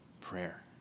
Prayer